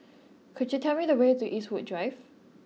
could you tell me the way to Eastwood Drive